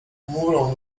chmurą